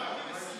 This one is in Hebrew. הזמן.